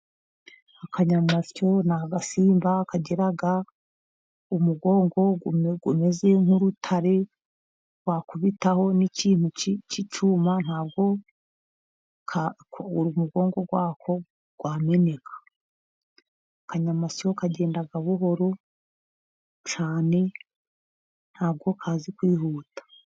Akanyamasyo ni agasimba kagira umugongo umeze nk'urutare, wakubitaho n'kintu cy'icyuma ntabwo uwo mugongo wako wameneka. Akanyamasyo kagenda buhoro cyane ntabwo kazi kwihuta.